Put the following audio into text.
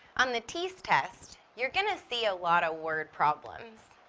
on the teas test, you're going to see a lot of word problems.